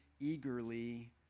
eagerly